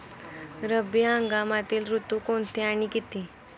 रब्बी हंगामातील ऋतू कोणते आणि किती?